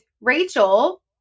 Rachel